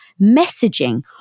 messaging